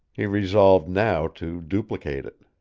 he resolved now to duplicate it.